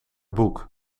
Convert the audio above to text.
boek